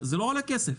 זה לא עולה כסף,